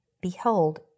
Behold